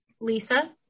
Lisa